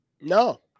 No